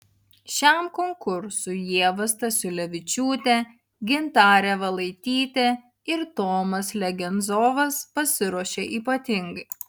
šiam konkursui ieva stasiulevičiūtė gintarė valaitytė ir tomas legenzovas pasiruošė ypatingai